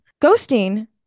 Ghosting